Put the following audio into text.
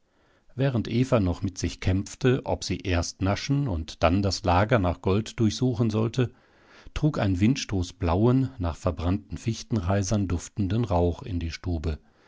während eva noch mit sich kämpfte ob sie erst naschen und dann das lager nach gold durchsuchen sollte trug ein windstoß blauen nach verbrannten fichtenreisern duftenden rauch in die stube